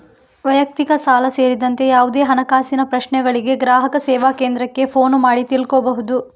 ವೈಯಕ್ತಿಕ ಸಾಲ ಸೇರಿದಂತೆ ಯಾವುದೇ ಹಣಕಾಸಿನ ಪ್ರಶ್ನೆಗಳಿಗೆ ಗ್ರಾಹಕ ಸೇವಾ ಕೇಂದ್ರಕ್ಕೆ ಫೋನು ಮಾಡಿ ತಿಳ್ಕೋಬಹುದು